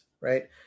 right